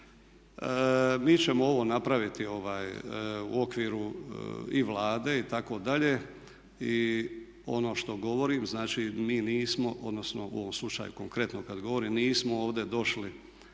Mi ćemo ovo napraviti u okviru i Vlade itd.. I ono što govorim, znači mi nismo, odnosno u ovom slučaju konkretno kada govorim nismo ovdje došli